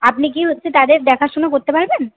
আপনি কি হচ্ছে তাঁদের দেখাশোনা করতে পারবেন